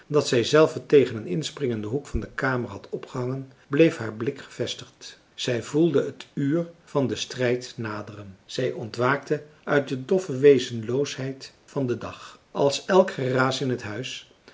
dat zij zelve tegen een inspringenden hoek van de kamer had opgehangen bleef haar blik gevestigd zij voelde het uur van den strijd naderen zij ontwaakte uit de doffe wezenloosheid van den dag als elk geraas in huis